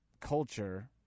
culture